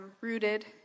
rooted